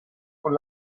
con